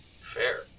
Fair